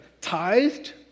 tithed